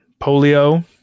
polio